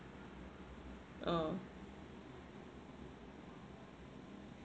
uh